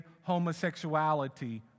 homosexuality